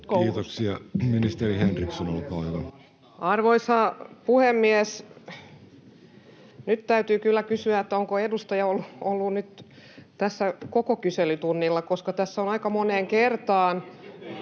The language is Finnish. Kiitoksia. — Ministeri Henriksson, olkaa hyvä. Arvoisa puhemies! Nyt täytyy kyllä kysyä, onko edustaja ollut nyt tässä koko kyselytunnilla, [Eduskunnasta: On!] koska tässä on aika moneen kertaan